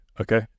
Okay